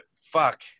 fuck